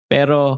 Pero